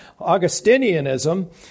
Augustinianism